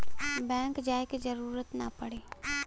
bank जाये क जरूरत ना पड़ी